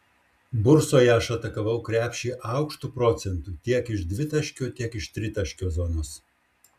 bursoje aš atakavau krepšį aukštu procentu tiek iš dvitaškio tiek iš tritaškio zonos